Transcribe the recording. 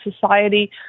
society